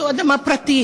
זו אדמה פרטית.